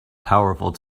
powerful